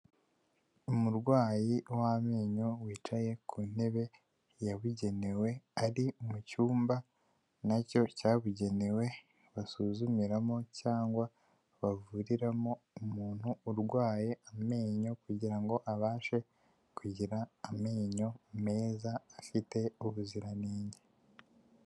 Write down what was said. Umurwayi w'amenyo wicaye ku ntebe yabugenewe, ari mu cyumba, na cyo cyabugenewe, basuzumiramo cyangwa bavuriramo umuntu urwaye amenyo, kugira ngo abashe kugira amenyo meza afite ubuziranenge.